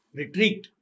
retreat